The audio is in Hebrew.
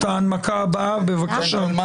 בבקשה.